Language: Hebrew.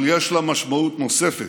אבל יש לה משמעות נוספת,